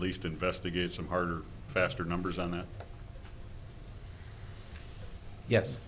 least investigated some harder faster numbers on the yes